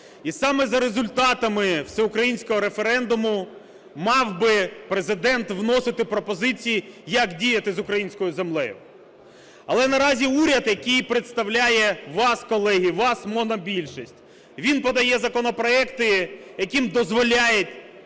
І саме за результатами всеукраїнського референдуму мав би Президент вносити пропозиції, як діяти з українською землею. Але наразі уряд, який представляє вас, колеги, вас, монобільшість, він подає законопроекти, якими дозволяє